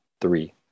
three